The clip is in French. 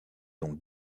donc